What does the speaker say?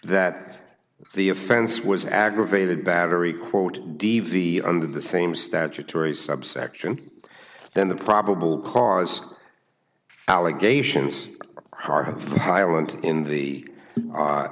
that the offense was aggravated battery quote d v under the same statutory subsection then the probable cause allegations